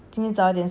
早早起来